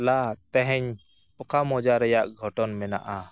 ᱞᱟ ᱛᱮᱦᱮᱧ ᱚᱠᱟ ᱢᱚᱡᱟ ᱨᱮᱭᱟᱜ ᱜᱷᱚᱴᱚᱱ ᱢᱮᱱᱟᱜᱼᱟ